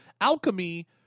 Alchemy